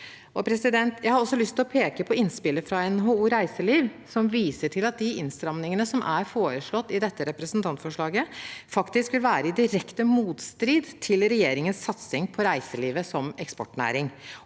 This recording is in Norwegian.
Jeg har også lyst å peke på innspillet fra NHO Reiseliv, som viser til at de innstrammingene som er foreslått i dette representantforslaget, faktisk vil være i direkte motstrid til regjeringens satsing på reiselivet som eksportnæring